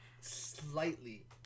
slightly